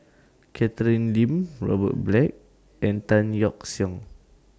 Catherine Lim Robert Black and Tan Yeok Seong